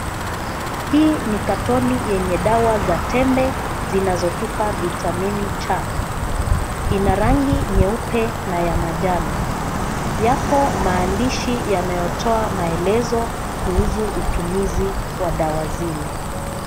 Hii ni carton yenye dawa za tembe zinazotupa vitamini C.Ina rangi nyeupe na ya manjano. Yapo maandishi yanayotoa maelezo kuhusu utumizi wa dawa zile.